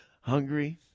Hungry